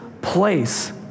place